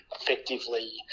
effectively